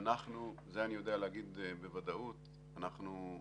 את זה אני יודע להגיד בוודאות, אנחנו,